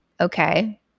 okay